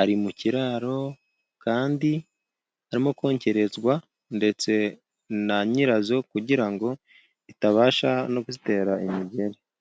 Ari mu kiraro kandi arimo konkererezwa ndetse na nyira zo, kugira ngo itabasha no kuzitera imigeri.